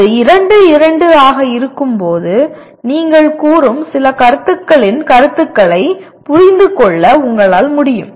அது 2 2 ஆக இருக்கும்போது நீங்கள் கூறும் சில கருத்துகளின் கருத்துகளைப் புரிந்துகொள்ள உங்களால் முடியும்